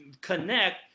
connect